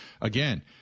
again